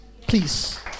Please